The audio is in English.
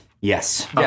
Yes